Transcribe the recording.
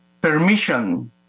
permission